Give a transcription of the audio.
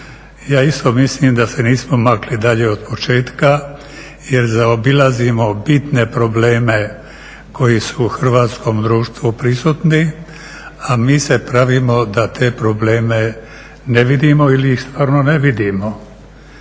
Ja isto mislim da se nismo makli dalje od početka, jer zaobilazimo bitne probleme koji su u hrvatskom društvu prisutni, a mi se pravimo da te probleme ne vidimo ili ih stvarno ne vidimo.